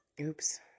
oops